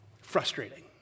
frustrating